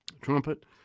trumpet